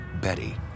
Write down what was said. Betty